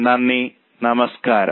നന്ദി നമസ്കാരം